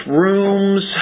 rooms